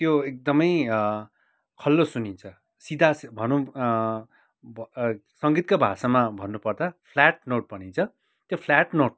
त्यो एकदमै खल्लो सुनिन्छ सिधा भनौँ सङ्गीतकै भाषामा भन्नुपर्दा फ्ल्याट नोट भनिन्छ त्यो फ्ल्याट नोट